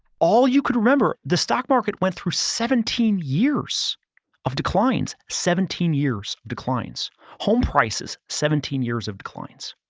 all you could remember, the stock market went through seventeen years of declines. seventeen years, declines home prices, seventeen years of declines.